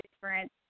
different